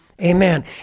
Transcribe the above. Amen